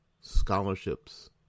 scholarships